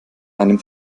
einem